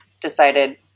decided